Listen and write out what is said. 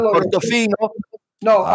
Portofino